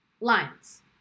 Lines